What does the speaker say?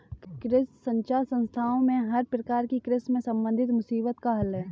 कृषि संचार संस्थान में हर प्रकार की कृषि से संबंधित मुसीबत का हल है